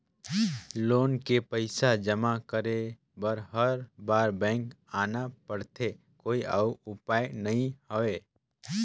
Loan के पईसा जमा करे बर हर बार बैंक आना पड़थे कोई अउ उपाय नइ हवय?